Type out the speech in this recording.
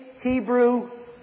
Hebrew